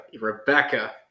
Rebecca